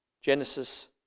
Genesis